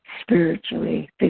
spiritually